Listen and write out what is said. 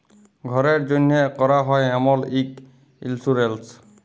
ঘ্যরের জ্যনহে ক্যরা হ্যয় এমল ইক ইলসুরেলস